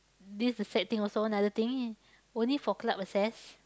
this is sad thing also another thing only for club access